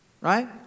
right